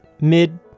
mid